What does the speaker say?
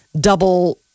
double